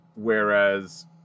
Whereas